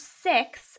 six